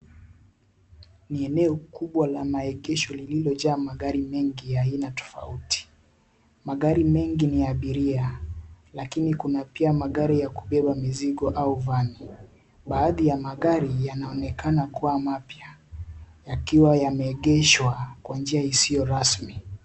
Ni eneo kubwa la maegesho lililojaa magari mengi ya aina tofauti, magari mengi ni ya abiria, lakini kuna pia magari ya kubeba mizigo au vani baadhi ya magari yanaonekana kuwa mapya, yakiwa yameegeshwa kwa njia isio rasmi.